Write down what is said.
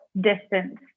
distance